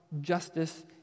justice